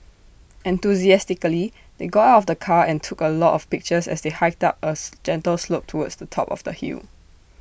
enthusiastically they got out of the car and took A lot of pictures as they hiked up as gentle slope towards the top of the hill